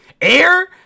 air